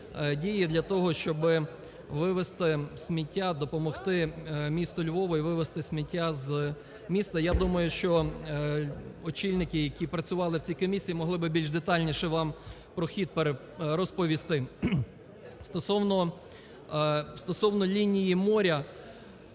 для того, щоби вивезти сміття, допомогти місту Львову і вивезти сміття з міста. Я думаю, що очільники, які працювали в цій комісії, могли би більш детальніше вам про хід розповісти. Стосовно лінії моря.